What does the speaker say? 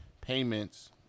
payments